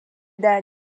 dan